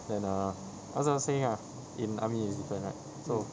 then err as I was saying ah in army is penat so